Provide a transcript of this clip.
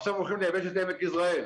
ועכשיו הולכים לייבש את עמק יזרעאל.